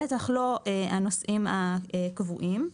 בטח לא הנוסעים הקבועים.